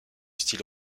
style